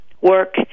work